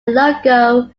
logo